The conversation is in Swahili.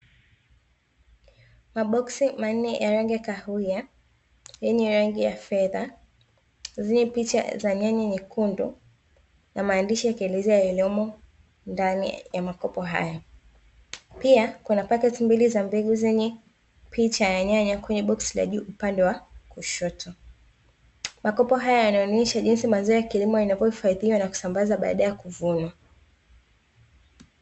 Maboksi manne yenye rangi ya kahawia yenye rangi ya fedha, zenye picha za nyanya nyekundu na maandishi, yakielezea yaliyomo ndani ya makopo hayo, pia kuna paketi mbili za mbegu zenye picha ya nyanya kwenye boksi la juu upande wa kushoto. Makopo haya yanaonyesha jinsi mazao ya kilimo yanavyohifadhiwa na kusambazwa baada ya kuvunwa.